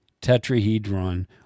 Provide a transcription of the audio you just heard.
tetrahedron